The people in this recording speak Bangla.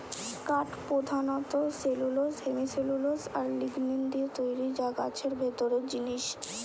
কাঠ পোধানত সেলুলোস, হেমিসেলুলোস আর লিগনিন দিয়ে তৈরি যা গাছের ভিতরের জিনিস